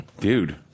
Dude